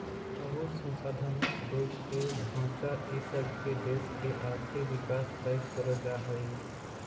अउर संसाधन, देश के ढांचा इ सब से देश के आर्थिक विकास तय कर जा हइ